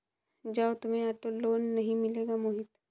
जाओ, तुम्हें auto loan नहीं मिलेगा मोहित